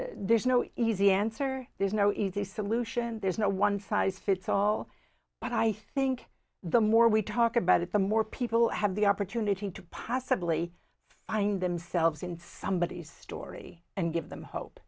there's no easy answer there's no easy solution there's no one size fits all but i think the more we talk about it the more people have the opportunity to possibly find themselves in somebodies story and give them hope